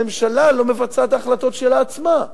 הממשלה לא מבצעת את ההחלטות שלה עצמה.